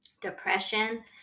depression